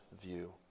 view